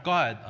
God